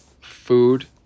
food